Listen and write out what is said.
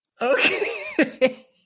Okay